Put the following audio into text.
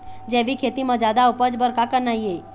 जैविक खेती म जादा उपज बर का करना ये?